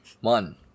One